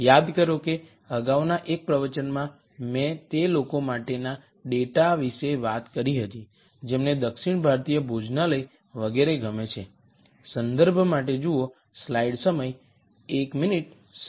યાદ કરો કે અગાઉના એક પ્રકરણમાં મેં તે લોકો માટેના ડેટા વિશે વાત કરી હતી જેમને દક્ષિણ ભારતીય ભોજનાલય વગેરે ગમે છે